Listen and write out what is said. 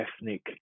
ethnic